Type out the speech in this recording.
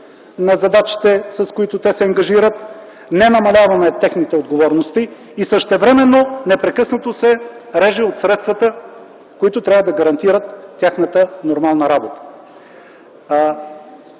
на задачите, с които тези ведомства се ангажират, не намаляваме техните отговорности и същевременно непрекъснато се реже от средствата, които трябва да гарантират тяхната нормална работа.